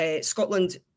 Scotland